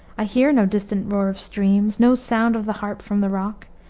i hear no distant roar of streams! no sound of the harp from the rock!